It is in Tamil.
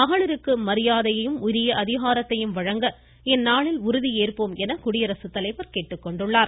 மகளிருக்கு மரியாதையையும் உரிய அதிகாரத்தையும் வழங்க இந்நாளில் உறுதியேற்போம் என குடியரசுத்தலைவர் கேட்டுக்கொண்டுள்ளார்